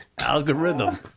Algorithm